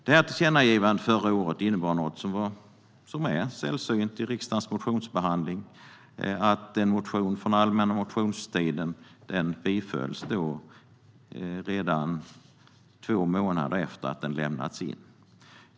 Det här tillkännagivandet förra året innebar något som är sällsynt i riksdagens motionsbehandling, nämligen att en motion från den allmänna motionstiden bifölls redan två månader efter att den hade lämnats in.